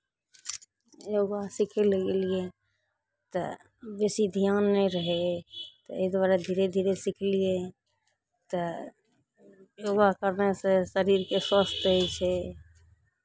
योगा सीखय लेल गेलियै तऽ बेसी ध्यान नहि रहय तऽ एहि दुआरे धीरे धीरे सिखलियै तऽ योगा करनासँ शरीरके स्वस्थ रहै छै